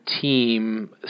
team